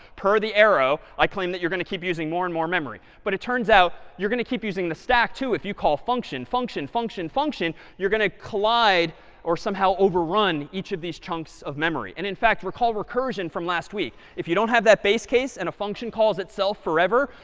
per the arrow, i claim that you're going to keep using more and more memory. but it turns out you're going to keep using the stack too. if you call function, function, function, function, you're going to collide or somehow overrun each of these chunks of memory. and in fact, recall recursion from last week. if you don't have that base case and a function calls itself forever,